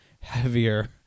heavier